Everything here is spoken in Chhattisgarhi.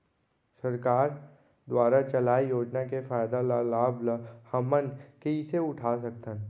सरकार दुवारा चलाये योजना के फायदा ल लाभ ल हमन कइसे उठा सकथन?